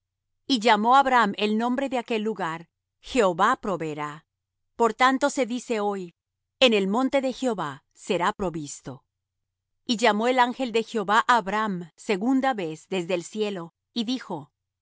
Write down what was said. y llamó abraham el nombre de aquel lugar jehová proveerá por tanto se dice hoy en el monte de jehová será provisto y llamó el ángel de jehová á abraham segunda vez desde el cielo y dijo